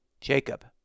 Jacob